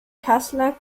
kassler